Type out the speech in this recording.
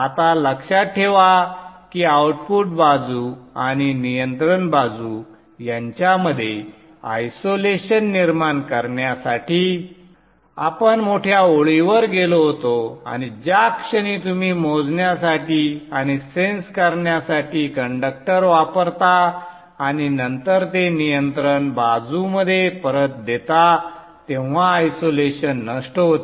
आता लक्षात ठेवा की आऊटपुट बाजू आणि नियंत्रण बाजू यांच्यामध्ये आयसोलेशन निर्माण करण्यासाठी आपण मोठ्या ओळींवर गेलो होतो आणि ज्या क्षणी तुम्ही मोजण्यासाठी आणि सेन्स करण्यासाठी कंडक्टर वापरता आणि नंतर ते नियंत्रण बाजूमध्ये परत देता तेव्हा आयसोलेशन नष्ट होते